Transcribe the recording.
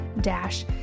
dash